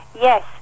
yes